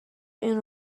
این